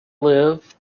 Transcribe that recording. live